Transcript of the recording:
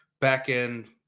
back-end